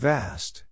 Vast